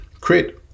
create